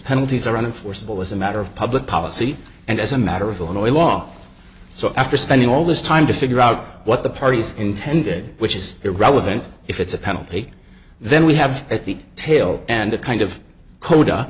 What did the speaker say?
penalties are on a forcible as a matter of public policy and as a matter of illinois long so after spending all this time to figure out what the parties intended which is irrelevant if it's a penalty then we have at the tail end a kind of cod